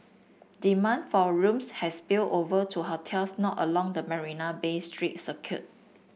demand for rooms has spilled over to hotels not along the Marina Bay street circuit